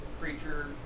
creature